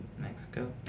Mexico